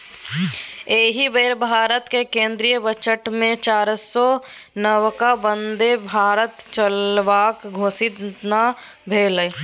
एहि बेर भारतक केंद्रीय बजटमे चारिसौ नबका बन्दे भारत चलेबाक घोषणा भेल